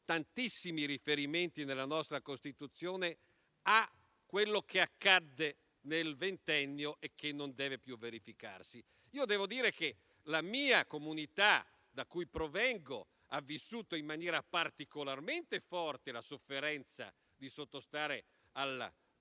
tantissimi riferimenti, nella nostra Costituzione, a quello che accadde nel ventennio e che non deve più verificarsi. Devo dire che la comunità da cui provengo ha vissuto in maniera particolarmente forte la sofferenza di sottostare a un regime